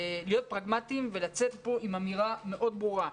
פרגמטיים ולצאת מפה עם אמירה ברורה מאוד.